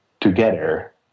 together